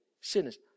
sinners